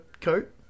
coat